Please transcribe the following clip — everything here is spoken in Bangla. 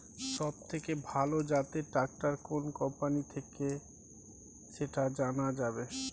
সবথেকে ভালো জাতের ট্রাক্টর কোন কোম্পানি থেকে সেটা জানা যাবে?